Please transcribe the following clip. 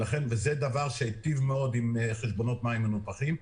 זה דבר שהיטיב מאוד עם חשבונות מים מנופחים.